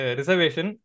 reservation